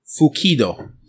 Fukido